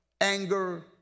anger